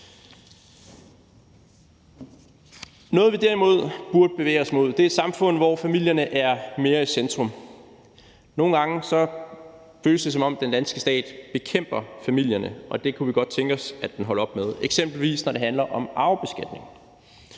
Noget, vi derimod burde bevæge os mod, er et samfund, hvor familierne er mere i centrum. Nogle gange føles det, som om den danske stat bekæmper familierne, og det kunne vi godt tænke os at den holder op med, eksempelvis når det handler om arvebeskatning.